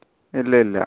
ഇല്ല ഇല്ല